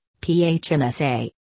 PHMSA